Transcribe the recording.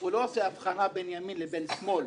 הוא לא עושה אבחנה בין ימין ובין שמאל.